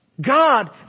God